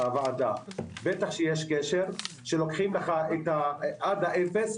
הוועדה, בטח שיש קשר כשלוקחים לך עד אפס.